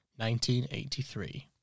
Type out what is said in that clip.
1983